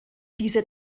diese